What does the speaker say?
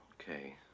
Okay